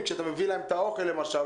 כשאתה מביא להם את האוכל למשל,